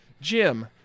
Jim